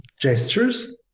gestures